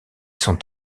sont